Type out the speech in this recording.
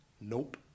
Nope